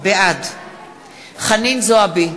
בעד חנין זועבי,